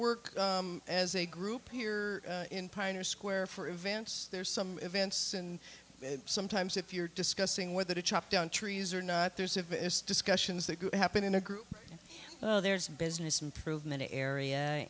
work as a group here in pioneer square for events there's some events and sometimes if you're discussing whether to chop down trees or not there's of it's discussions that happen in a group there's a business improvement a area